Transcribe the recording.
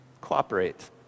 Cooperate